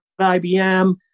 IBM